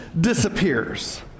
disappears